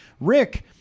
Rick